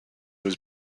was